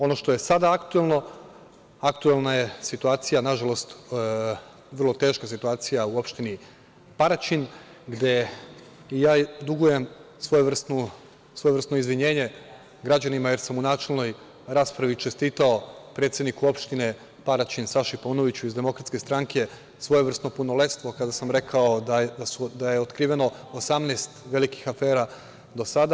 Ono što je sada aktuelno, aktuelna je situacija, nažalost vrlo teška situacija u opštini Paraćin, gde ja dugujem svojevrsno izvinjenje građanima, jer sam u načelnoj raspravi čestitao predsedniku opštine Paraćin, Saši Paunoviću iz DS, svojevrsno punoletstvo kada sam rekao da je otkriveno 18 velikih afera do sada.